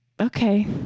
okay